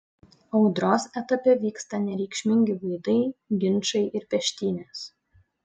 audros etape vyksta nereikšmingi vaidai ginčai ir peštynės